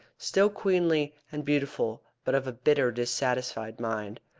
still queenly and beautiful, but of a bitter, dissatisfied mind.